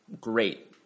Great